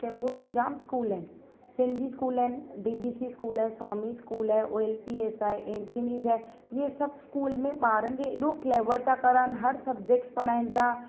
चेंबुर में जाम स्कूल आहिनि सिंधी स्कूल आहिनि डी बी सी स्कूल आहे स्वामी स्कूल आहे ओ एल पी एस आई एथनीस आहे इहे सभु स्कूल में ॿारनि खे हेॾो क्लेवर था करनि हर सब्जेक्ट्स पढ़ाइनि था